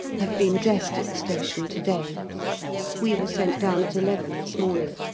have been dressed at the station to-day we were sent down at eleven this morning.